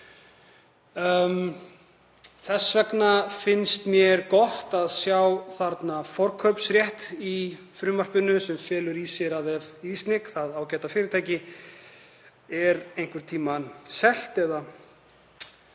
Þess vegna finnst mér gott að sjá þarna forkaupsrétt í frumvarpinu sem felur í sér að ef ISNIC, það ágæta fyrirtæki, er einhvern tíma selt